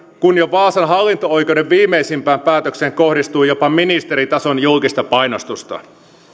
kun jo vaasan hallinto oikeuden viimeisimpään päätökseen kohdistui jopa ministeritason julkista painostusta